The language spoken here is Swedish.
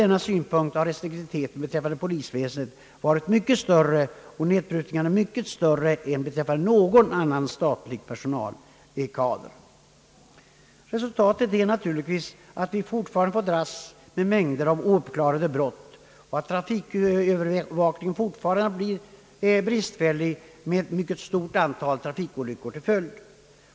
Nu har restriktiviteten beträffande polisväsendet och nedprutningarna va rit mycket större än beträffande någon annan statlig personalkader. Resultatet är naturligtvis, att vi fortfarande får dras med mängder av ouppklarade brott och att trafikövervakningen fortfarande är bristfällig med ett mycket stort antal trafikolyckor som följd.